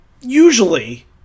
Usually